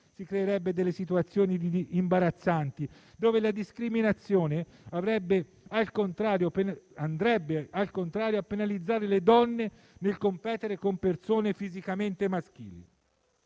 si creerebbero situazioni imbarazzanti, dove la discriminazione andrebbe al contrario a penalizzare le donne nel competere con persone fisicamente maschili.